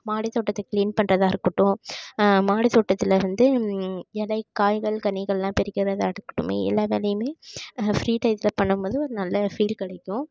மாடித் தோட்டத்தை கிளீன் பண்றதாக இருக்கட்டும் மாடித் தோட்டத்தில் வந்து இலை காய்கள் கனிகள்லாம் பறிக்கிறதாக இருக்கட்டுமே எல்லா வேலையுமே ஃப்ரீ டயத்தில் பண்ணும் போது ஒரு நல்ல ஃபீல் கிடைக்கும்